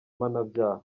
mpanabyaha